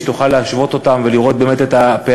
כדי שתוכל להשוות אותם ולראות את הפערים.